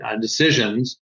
decisions